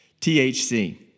THC